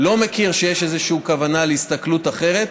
אני לא מכיר שיש איזו כוונה להסתכלות אחרת,